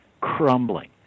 crumbling